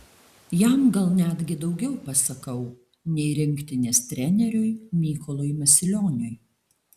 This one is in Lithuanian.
jam gal netgi daugiau pasakau nei rinktinės treneriui mykolui masilioniui